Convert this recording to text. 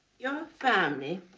yeah family